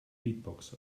beatbox